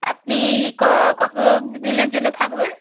আপনি কত দিনের জন্য থাকবেন